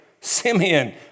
Simeon